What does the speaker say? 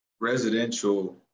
residential